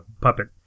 puppet